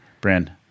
Brand